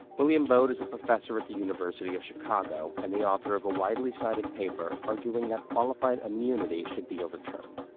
william baude is a professor at the university of chicago, and the author of a widely cited paper arguing that qualified immunity should be overturned.